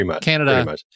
Canada